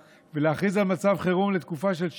ולהכריז על מצב חירום לתקופה של שנה.